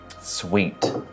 sweet